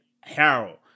Harold